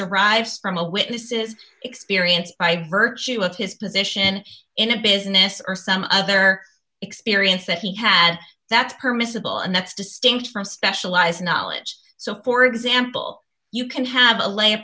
derives from a witness's experience by virtue of his position in a business or some other experience that he had that's permissible and that's distinct from specialized knowledge so for example you can have a lay